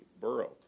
borough